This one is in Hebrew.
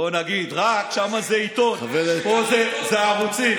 בוא נגיד, רק שם זה עיתון, פה זה הערוצים.